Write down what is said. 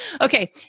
Okay